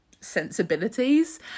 sensibilities